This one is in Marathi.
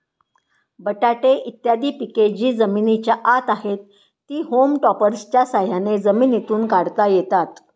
बटाटे इत्यादी पिके जी जमिनीच्या आत आहेत, ती होम टॉपर्सच्या साह्याने जमिनीतून काढता येतात